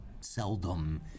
seldom